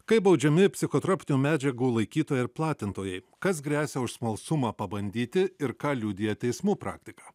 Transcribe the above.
kaip baudžiami psichotropinių medžiagų laikytojai ir platintojai kas gresia už smalsumą pabandyti ir ką liudija teismų praktika